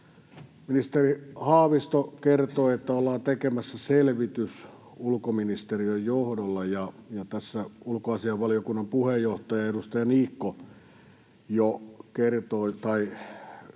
Ministeri Haavisto kertoi, että ollaan tekemässä selvitys ulkoministeriön johdolla. Tässä ulkoasiainvaliokunnan puheenjohtaja, edustaja Niikko antoi